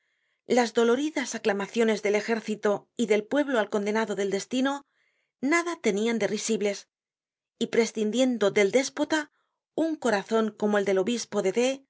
las doloridas aclamaciones del ejército y del pueblo al condenado del destino nada tenian de risibles y prescindiendo del déspota un corazon como el del obispo de